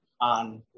on